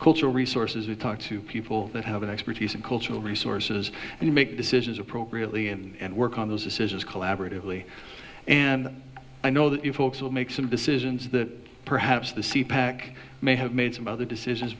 cultural resources we talk to people that have an expertise in cultural resources and make decisions appropriately and work on those decisions collaboratively and i know that you folks will make some decisions that perhaps the sea pack may have made some other decisions